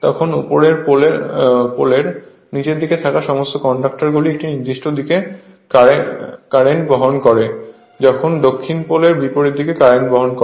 তখন উত্তর পোলর নীচে থাকা সমস্ত কন্ডাক্টর গুলি একটি নির্দিষ্ট দিকে কারেন্ট বহন করে যখন দক্ষিণ পোলর বিপরীত দিকে কারেন্ট বহন করে